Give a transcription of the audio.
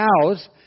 cows